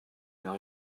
mais